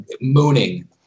mooning